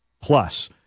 plus